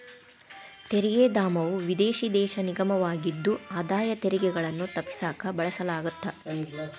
ತೆರಿಗೆ ಧಾಮವು ವಿದೇಶಿ ದೇಶ ನಿಗಮವಾಗಿದ್ದು ಆದಾಯ ತೆರಿಗೆಗಳನ್ನ ತಪ್ಪಿಸಕ ಬಳಸಲಾಗತ್ತ